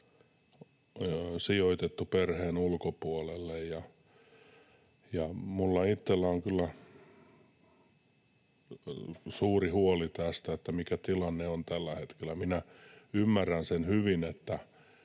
sijoitettu perheen ulkopuolelle, ja minulla itselläni on kyllä suuri huoli tästä, että mikä tilanne on tällä hetkellä. Ymmärrän hyvin, että